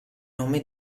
nome